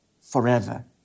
forever